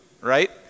right